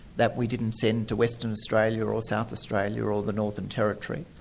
that we didn't send to western australia or or south australia or the northern territory.